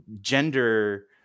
gender